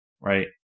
Right